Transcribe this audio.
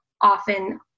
often